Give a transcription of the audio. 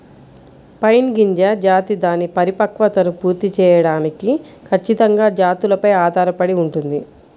pine గింజ జాతి దాని పరిపక్వతను పూర్తి చేయడానికి ఖచ్చితమైన జాతులపై ఆధారపడి ఉంటుంది